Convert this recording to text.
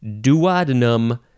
duodenum